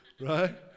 Right